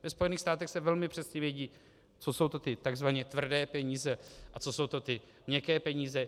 Ve Spojených státech se velmi přesně ví, co jsou to ty tzv. tvrdé peníze a co jsou to ty měkké peníze.